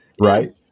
right